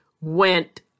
went